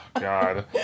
god